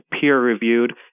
peer-reviewed